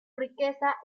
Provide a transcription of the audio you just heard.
riqueza